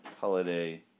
holiday